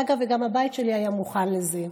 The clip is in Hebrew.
אגב, גם הבית שלי היה מוכן לזה.